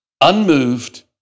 unmoved